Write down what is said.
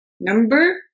Number